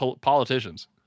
politicians